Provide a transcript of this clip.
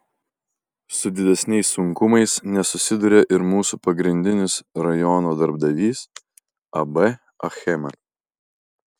su didesniais sunkumais nesusiduria ir mūsų pagrindinis rajono darbdavys ab achema